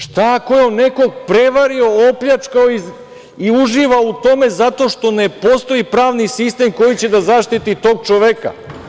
Šta ako je nekog prevario, opljačkao i uživa u tome zato što ne postoji pravni sistem koji će da zaštiti tog čoveka?